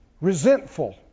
Resentful